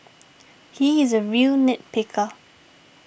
he is a real nit picker